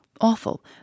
awful